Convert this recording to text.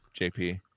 jp